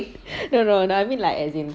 no no I mean like as in